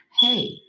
hey